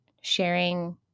sharing